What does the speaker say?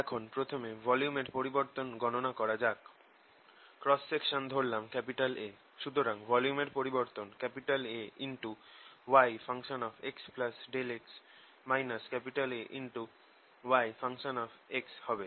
এখন প্রথমে ভলিউমের পরিবর্তন গণনা করা যাক ক্রস সেকসন ধরলাম A সুতরাং ভলিউমের পরিবর্তন Ayx∆x Ay হবে